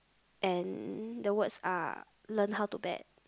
and the words are learn how to bat